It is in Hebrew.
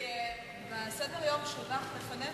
כי בסדר-יום שהונח לפנינו,